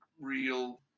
real